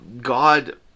God